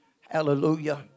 Hallelujah